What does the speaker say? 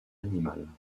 animales